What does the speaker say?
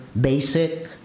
basic